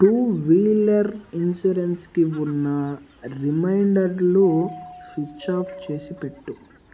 two wheeler ఇన్షూరెన్స్కి ఉన్న రిమైండర్లు స్విచ్ ఆఫ్ చేసిపెట్టు